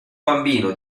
bambino